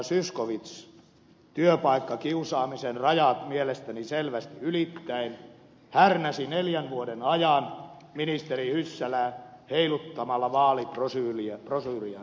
zyskowicz työpaikkakiusaamisen rajat mielestäni selvästi ylittäen härnäsi neljän vuoden ajan ministeri hyssälää heiluttamalla vaalibrosyyriä tässä salissa